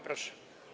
Proszę.